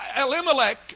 Elimelech